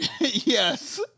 Yes